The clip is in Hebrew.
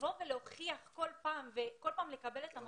לבוא ולהוכיח כל פעם וכל פעם לקבל את המבטים.